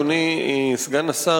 אדוני סגן השר,